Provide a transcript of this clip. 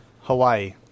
Hawaii